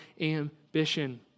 ambition